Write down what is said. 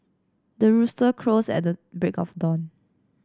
the rooster crows at the break of dawn